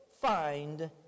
find